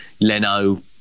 Leno